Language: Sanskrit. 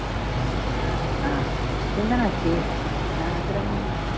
हा हा चिन्ता नास्ति अनन्तरं